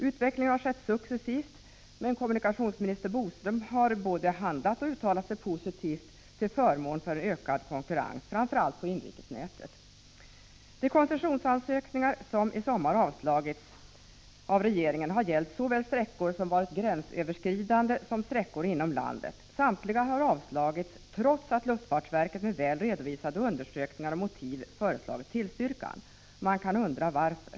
Utvecklingen har skett successivt. Förre kommunikationsministern Curt Boström har både handlat och uttalat sig i positiv riktning, till förmån för en ökad konkurrens framför allt när det gäller inrikesnätet. De koncessionsansökningar som i somras avslogs av regeringen gällde såväl gränsöverskridande sträckor som sträckor inom landet. Samtliga ansökningar har avslagits, trots att luftfartsverket med hänvisning till väl redovisade undersökningar och motiv föreslagit tillstyrkan. Man kan undra varför.